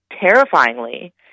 terrifyingly